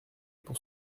pour